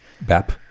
Bap